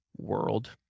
world